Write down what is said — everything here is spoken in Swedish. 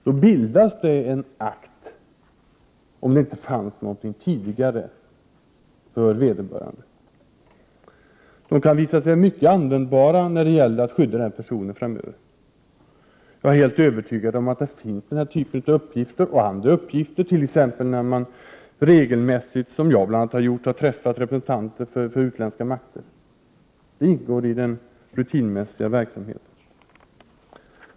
Då bildas en akt, om det inte fanns någon tidigare, för vederbörande, som kan visa sig mycket användbar när det gäller att skydda denna person framöver. Jag är helt övertygad om att det finns sådana uppgifter och andra uppgifter när man, som bl.a. jag har gjort, regelmässigt har träffat representanter för utländska makter. Det ingår i den rutinmässiga verksamheten.